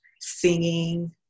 singing